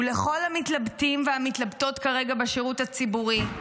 ולכל המתלבטים והמתלבטות כרגע בשירות הציבורי,